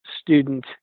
student